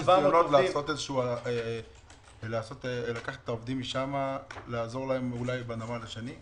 היה ניסיון לעזור להם, לקחת אותם לנמל השני?